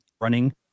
running